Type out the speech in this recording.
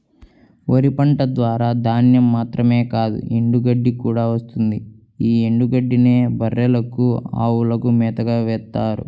వరి పంట ద్వారా ధాన్యం మాత్రమే కాదు ఎండుగడ్డి కూడా వస్తుంది యీ ఎండుగడ్డినే బర్రెలకు, అవులకు మేతగా వేత్తారు